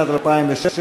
לשנת התקציב 2016,